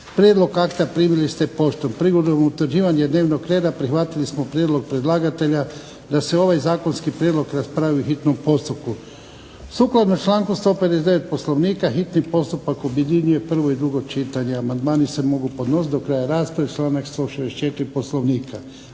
Prijedlog akta primili ste poštom. Prigodom utvrđivanja dnevnog reda prihvatili smo prijedlog predlagatelja da se ovaj zakonski prijedlog raspravi u hitnom postupku. Sukladno članku 159. Poslovnika hitni postupak objedinjuje prvo i drugo čitanje. Amandmani se mogu podnositi do kraja rasprave, članak 164. Poslovnika.